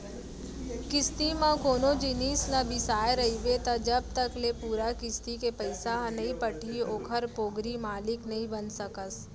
किस्ती म कोनो जिनिस ल बिसाय रहिबे त जब तक ले पूरा किस्ती के पइसा ह नइ पटही ओखर पोगरी मालिक नइ बन सकस